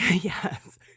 yes